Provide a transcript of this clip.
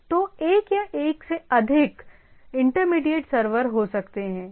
तो एक या अधिक इंटरमीडिएट सर्वर हो सकते हैं